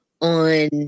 on